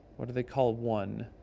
what do they call one